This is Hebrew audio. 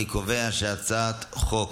אני קובע שהצעת חוק